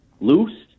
loose